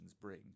bring